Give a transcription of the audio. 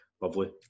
Lovely